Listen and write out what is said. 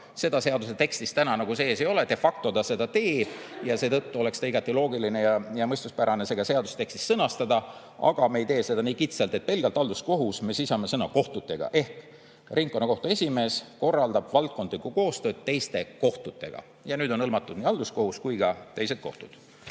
seda seaduse tekstis täna sees ei ole, de factota seda teeb ja seetõttu oleks igati loogiline ja mõistuspärane see ka seaduse tekstis sõnastada. Aga me ei tee seda nii kitsalt, et pelgalt halduskohus, vaid me lisame sõna "kohtutega" ehk ringkonnakohtu esimees korraldab valdkondlikku koostööd teiste kohtutega. Ja nüüd on hõlmatud nii halduskohus kui ka teised kohtud.